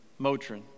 Motrin